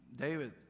David